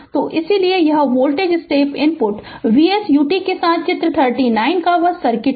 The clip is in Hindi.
तो इसीलिए यह voltage step input V s ut के साथ चित्र 39 का वह सर्किट है